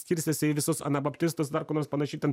skirstėsi į visus anabaptistus dar ko nors panašiai ten